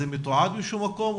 זה מתועד באיזשהו מקום?